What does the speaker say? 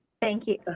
thank you ah